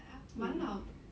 蛮老的